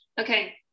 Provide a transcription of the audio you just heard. okay